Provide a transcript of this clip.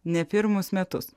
ne pirmus metus